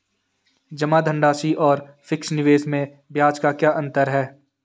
जमा धनराशि और फिक्स निवेश में ब्याज का क्या अंतर है?